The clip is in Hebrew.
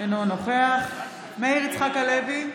אינו נוכח מאיר יצחק הלוי,